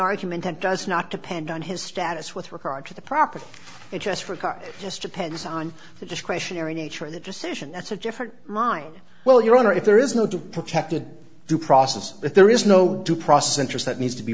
argument that does not depend on his status with regard to the property it just for a car just depends on the discretionary nature of the decision that's a different mine well your honor if there is no two protected due process if there is no due process interest that needs to be